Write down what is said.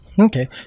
Okay